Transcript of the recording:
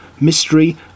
mystery